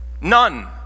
None